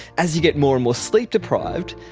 as you get more and more sleep-deprived,